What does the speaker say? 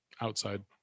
outside